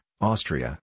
Austria